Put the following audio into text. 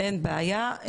אין בעיה.